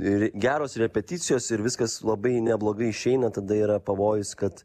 ir geros repeticijos ir viskas labai neblogai išeina tada yra pavojus kad